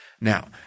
Now